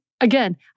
again